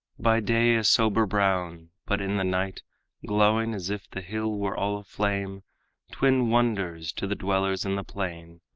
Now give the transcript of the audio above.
by day a sober brown, but in the night glowing as if the hill were all aflame twin wonders to the dwellers in the plain,